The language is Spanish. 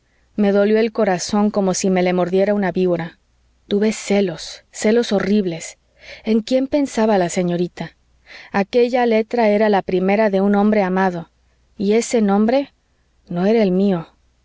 me dolió el corazón como si me le mordiera una víbora tuve celos celos horribles en quién pensaba la señorita aquella letra era la primera de un hombre amado y ese nombre no era el mío